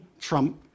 Trump